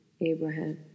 Abraham